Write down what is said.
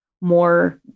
more